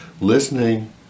listening